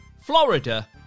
Florida